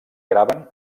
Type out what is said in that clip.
graven